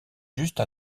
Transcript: juste